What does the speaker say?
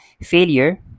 failure